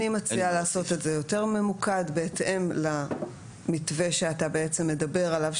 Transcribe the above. אני מציעה לעשות את זה יותר ממוקד בהתאם למתווה שאתה בעצם מדבר עליו,